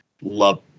love